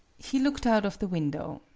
he looked out of the window.